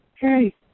Hey